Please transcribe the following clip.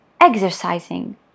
exercising